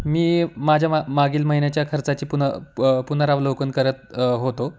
मी माझ्या मा मागील महिन्याच्या खर्चाची पुन पुनरावलोकन करत होतो